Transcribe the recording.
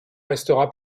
restera